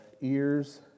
ears